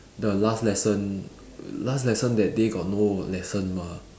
the last lesson last lesson that day got no lesson mah